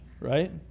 right